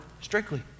strictly